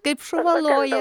kaip šuva loja